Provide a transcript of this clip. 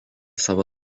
savo